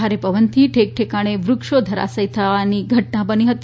ભારે પવનથી ઠેકઠેકાણે વૃક્ષો ધરાશાયી થયાની ઘટના પણ બની હતી